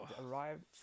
arrived